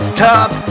top